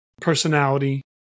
personality